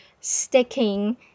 sticking